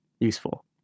Useful